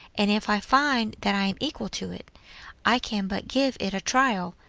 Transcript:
and if i find that i am equal to it i can but give it a trial,